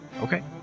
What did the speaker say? Okay